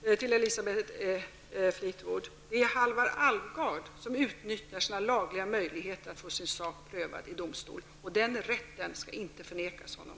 Herr talman! Än en gång till Elisabeth Fleetwood: Det är Halvar Alvgard som utnyttjar sin lagliga möjlighet att få sin sak prövad i domstol. Den rätten skall inte förnekas honom.